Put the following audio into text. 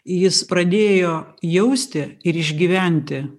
jis pradėjo jausti ir išgyventi